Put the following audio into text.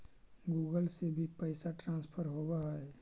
Google से भी पैसा ट्रांसफर होवहै?